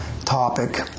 topic